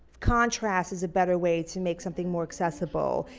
contrast is a better way to make something more accessible.